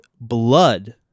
blood